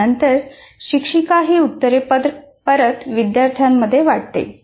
त्यानंतर शिक्षिका ही उत्तरे परत विद्यार्थ्यांमध्ये वाटते